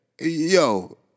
Yo